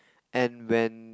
and when